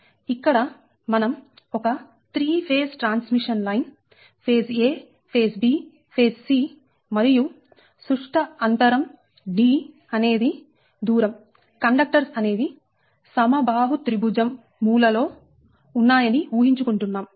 ఇక్కడ మనం ఒక 3 phase transmission line phase a phase b phase c మరియు సుష్ట అంతరం d అనేది దూరం కండక్టర్స్ అనేవి సమబాహు త్రిభుజం మూలలో ఉన్నాయని ఊహించుకుంటున్నాము